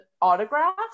Autographs